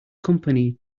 company